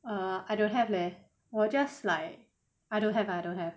err I don't have leh 我 just like I don't have I don't have